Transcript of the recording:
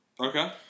Okay